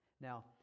Now